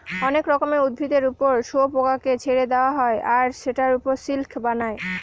অনেক রকমের উদ্ভিদের ওপর শুয়োপোকাকে ছেড়ে দেওয়া হয় আর সেটার ওপর সিল্ক বানায়